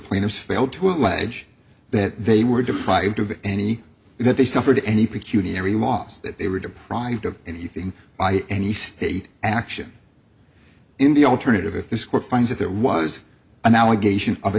plaintiffs fail to allege that they were deprived of any that they suffered any peculiarity was that they were deprived of anything by any state action in the alternative if this court finds that there was an allegation of a